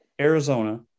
Arizona